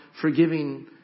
forgiving